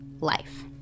life